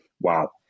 Wow